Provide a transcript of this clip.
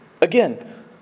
again